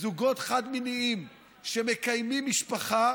זוגות חד-מיניים שמקיימים משפחה